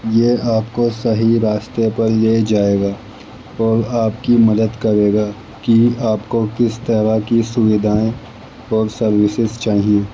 یہ آپ کو صحیح راستے پر لے جائے گا اور آپ کی مدد کرے گا کہ آپ کو کس طرح کی سوویدھائیں اور سروسس چاہئیں